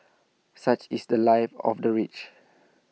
such is The Life of the rich